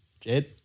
Jed